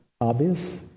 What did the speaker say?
obvious